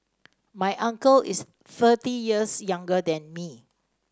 my uncle is thirty years younger than me